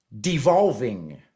devolving